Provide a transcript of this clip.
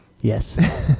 Yes